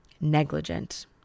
negligent